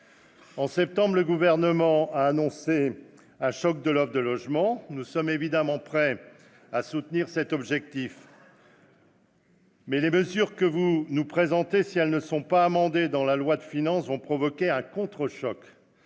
En septembre, le Gouvernement a annoncé un choc de l'offre de logements. Nous sommes évidemment prêts à soutenir cet objectif. Mais les mesures que vous nous présentez, si elles ne sont pas amendées dans la loi de finances, vont provoquer un contre-choc